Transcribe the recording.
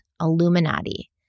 Illuminati